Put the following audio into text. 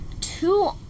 two